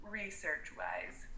research-wise